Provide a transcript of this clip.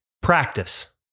Practice